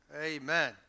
Amen